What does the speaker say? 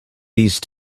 these